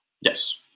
Yes